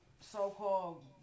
so-called